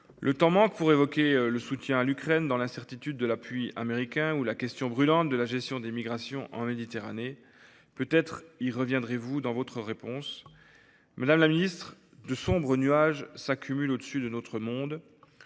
Le temps manque pour évoquer le soutien à l’Ukraine, dans l’incertitude de l’appui américain, ou la question brûlante de la gestion des migrations en Méditerranée. Peut-être y reviendrez-vous dans votre réponse. Madame la secrétaire d’État, de sombres nuages s’amoncellent au-dessus de notre monde.